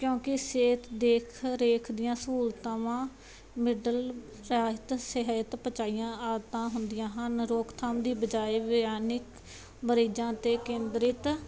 ਕਿਉਂਕਿ ਸਿਹਤ ਦੇਖ ਰੇਖ ਦੀਆਂ ਸਹੂਲਤਾਵਾਂ ਮਿਡਲ ਸਾਹਿਤ ਸਹਿਤ ਪਚਾਈਆਂ ਆਦਤਾਂ ਹੁੰਦੀਆਂ ਹਨ ਰੋਕਥਾਮ ਦੀ ਬਜਾਇ ਬਿਆਨਿਕ ਮਰੀਜ਼ਾਂ 'ਤੇ ਕੇਂਦਰਿਤ